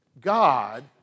God